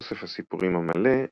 אוסף הסיפורים המלא,